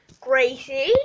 Gracie